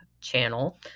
channel